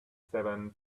seven